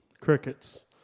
Crickets